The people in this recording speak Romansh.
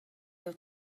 jeu